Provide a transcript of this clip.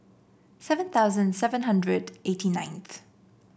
seven thousand seven hundred eighty ninth